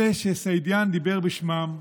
אלה שסעידיאן דיבר בשמם,